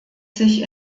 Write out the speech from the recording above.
sich